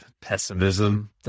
pessimism